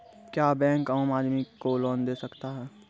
क्या बैंक आम आदमी को लोन दे सकता हैं?